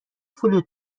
فلوت